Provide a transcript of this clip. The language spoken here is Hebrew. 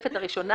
בתוספת הראשונה,